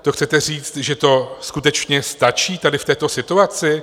To chcete říct, že to skutečně stačí tady v této situaci?